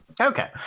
okay